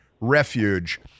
Refuge